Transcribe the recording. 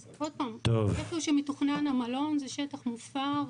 אז עוד פעם איפה שמתכונן המלון זה שטח מוחכר,